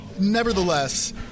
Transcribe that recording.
Nevertheless